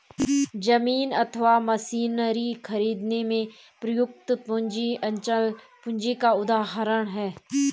जमीन अथवा मशीनरी खरीदने में प्रयुक्त पूंजी अचल पूंजी का उदाहरण है